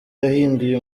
yahinduye